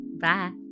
Bye